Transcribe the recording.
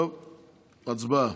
הצבעה.